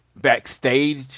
backstage